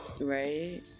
Right